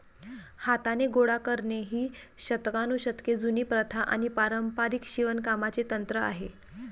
हाताने गोळा करणे ही शतकानुशतके जुनी प्रथा आणि पारंपारिक शिवणकामाचे तंत्र आहे